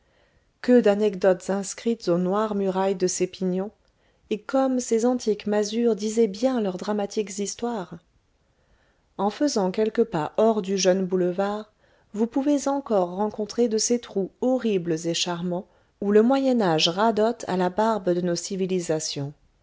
que d'anecdotes inscrites aux noires murailles de ces pignons et comme ces antiques masures disaient bien leurs dramatiques histoires en faisant quelques pas hors du jeune boulevard vous pouvez encore rencontrer de ces trous horribles et charmants où le moyen âge radote à la barbe de nos civilisations